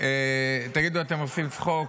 תגידו, אתם עושים צחוק?